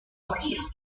ohio